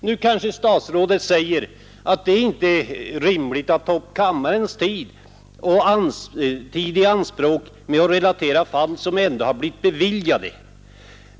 Nu kanske statsrådet anser att det inte är rimligt att ta kammarens tid i anspråk med att relatera fall där bostadslån blivit beviljade.